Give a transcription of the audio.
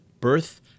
birth